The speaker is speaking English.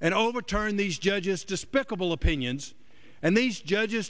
and overturn these judges despicable opinions and these judges